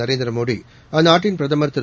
நரேந்திரமோடி அந்நாட்டின் பிரதமா் திரு